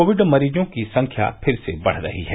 Covid मरीजों की संख्या फिर से बढ़ रही है